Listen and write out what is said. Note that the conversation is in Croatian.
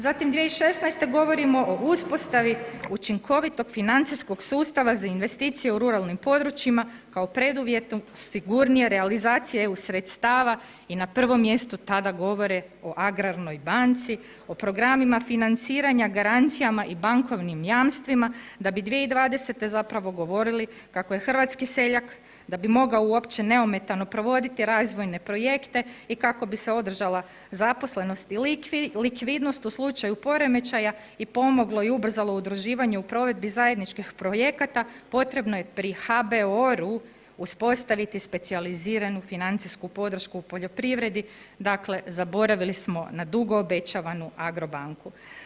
Zatim 2016. govorimo o uspostavi učinkovitog financijskog sustava za investicije u ruralnim područjima kao preduvjetu sigurnije realizacije EU sredstava i na prvom mjestu tada govore o agrarnoj banci, o programima financiranja, garancijama i bankovnim jamstvima da bi 2020. zapravo govorili kako je hrvatski seljak da bi mogao uopće neometano provoditi razvojne projekte i kako bi se održala zaposlenosti i likvidnost u slučaju poremećaja i pomoglo i ubrzalo udruživanju u provedbi zajedničkih projekata, potrebno je pri HBOR-u uspostaviti specijaliziranu financijsku podršku u poljoprivredi, dakle zaboravili smo na dugo obećavanu agro banku.